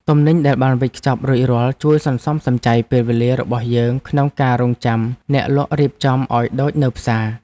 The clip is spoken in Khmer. ទំនិញដែលបានវេចខ្ចប់រួចរាល់ជួយសន្សំសំចៃពេលវេលារបស់យើងក្នុងការរង់ចាំអ្នកលក់រៀបចំឱ្យដូចនៅផ្សារ។